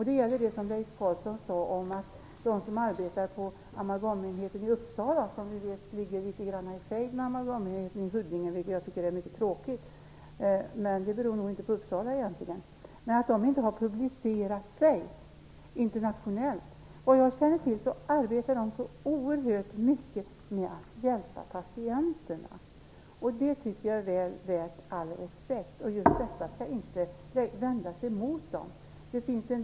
Det gäller det som Leif Carlson sade om att de som arbetar på amalgamenheten i Uppsala - som vi vet ligger litet grand i fejd med amalgamenheten i Huddinge, vilket är mycket tråkigt, men det beror nog inte på amalgamenheten i Uppsala - inte har publicerat sig internationellt. Såvitt jag känner till arbetar de oerhört mycket med att hjälpa patienterna, och det tycker jag är värt all respekt. Just detta skall inte vändas emot enheten i Uppsala.